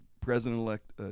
President-elect